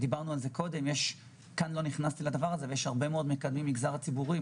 ויש הרבה מאוד מקדמים במגזר הציבורי,